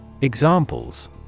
Examples